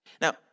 Now